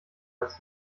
als